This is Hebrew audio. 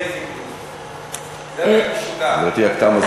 גברתי, תם הזמן.